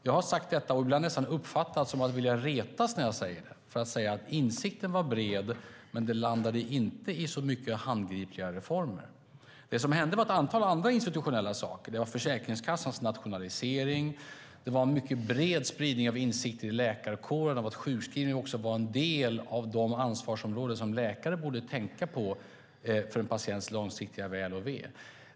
Jag har sagt det tidigare, och ibland har det nästan uppfattats som om jag velat retas. Insikten var bred, men den landade inte i så många handgripliga reformer. Det som hände var ett antal andra institutionella saker. Det var Försäkringskassans nationalisering, en mycket bred spridning av insikter i läkarkåren om att sjukskrivning var en del av de ansvarsområden som läkare borde tänka på när det gällde patientens långsiktiga väl och ve.